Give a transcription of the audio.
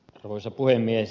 arvoisa puhemies